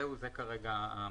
זה המקום שבו אנחנו עומדים כרגע.